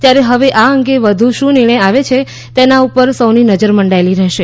ત્યારે હવે આ અંગે શું નિર્ણય આવે છે તેના ઉપર સૌની નજર મંડાયેલી રહેશે